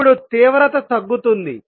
ఇప్పుడు తీవ్రత తగ్గుతుంది